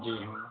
जी हाँ